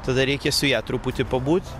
tada reikia su ja truputį pabūt